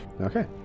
Okay